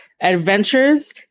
adventures